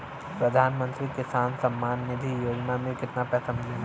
प्रधान मंत्री किसान सम्मान निधि योजना में कितना पैसा मिलेला?